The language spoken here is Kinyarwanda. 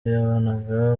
yabanaga